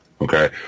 okay